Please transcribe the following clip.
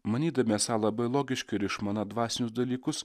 manydami esą labai logiški ir išmano dvasinius dalykus